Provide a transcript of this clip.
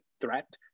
threat